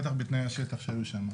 בטח בתנאי השטח שהיו שם.